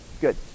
Good